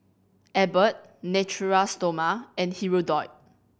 Abbott Natura Stoma and Hirudoid